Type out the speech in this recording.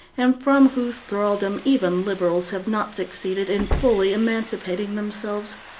and from whose thraldom even liberals have not succeeded in fully emancipating themselves.